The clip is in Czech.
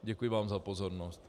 Děkuji vám za pozornost.